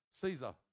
Caesar